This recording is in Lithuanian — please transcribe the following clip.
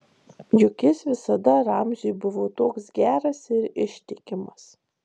juk jis visada ramziui buvo toks geras ir ištikimas